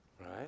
right